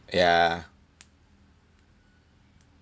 ya